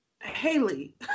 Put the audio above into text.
Haley